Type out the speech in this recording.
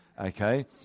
okay